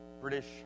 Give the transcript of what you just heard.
British